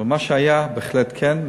על מה שהיה, בהחלט כן.